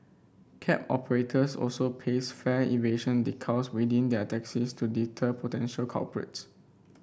cab operators also paste fare evasion decals within their taxis to deter potential culprits